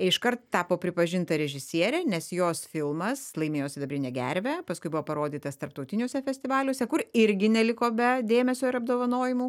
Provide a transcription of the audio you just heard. iškart tapo pripažinta režisiere nes jos filmas laimėjo sidabrinę gervę paskui buvo parodytas tarptautiniuose festivaliuose kur irgi neliko be dėmesio ir apdovanojimų